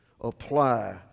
Apply